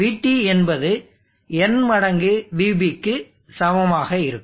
VT என்பது n மடங்கு VBக்கு சமமாக இருக்கும்